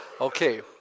Okay